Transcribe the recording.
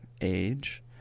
age